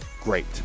great